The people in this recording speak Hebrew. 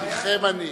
אחיכם אני.